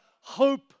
hope